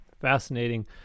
Fascinating